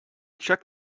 check